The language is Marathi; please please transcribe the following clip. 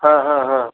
हं हं हं